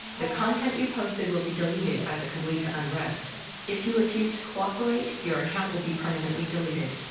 the content you posted will be deleted as it could lead to unrest. and if you refuse to cooperate, your account will be permanently deleted.